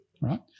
right